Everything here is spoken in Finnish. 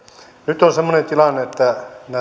nyt on semmoinen tilanne että